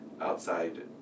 outside